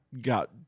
got